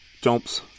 jumps